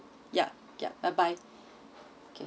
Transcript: yup yup bye bye okay